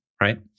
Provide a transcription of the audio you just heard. right